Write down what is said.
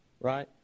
right